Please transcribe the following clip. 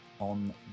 on